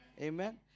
Amen